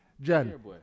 Jen